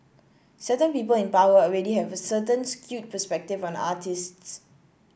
certain people in power already have a certain skewed perspective on artists